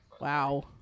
Wow